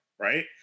right